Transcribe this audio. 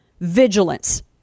vigilance